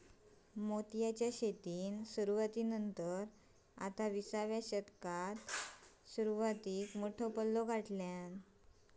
मोतीयेची शेतीन सुरवाती नंतर आता विसाव्या शतकाच्या सुरवातीक मोठो पल्लो गाठल्यान